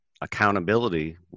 accountability